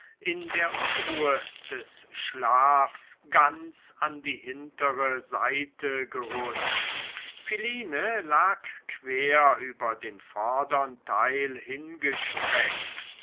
in der unruhe des schlafs ganz an die hintere seite gerutscht philine lag quer über den vordern teil hingestreckt